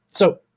so,